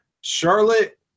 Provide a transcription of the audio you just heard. Charlotte